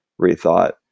rethought